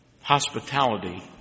Hospitality